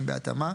בהתאמה,